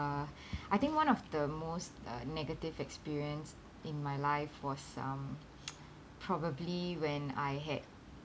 uh I think one of the most uh negative experience in my life was um probably when I had